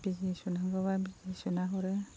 बिजि सुनांगौब्ला बिजि सुना हरो